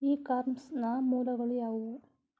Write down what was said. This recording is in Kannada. ಇ ಕಾಮರ್ಸ್ ನ ಮೂಲಗಳು ಯಾವುವು?